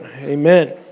amen